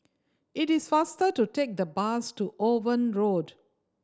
it is faster to take the bus to Owen Road